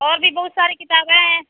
اور بھی بہت ساری کتابیں ہیں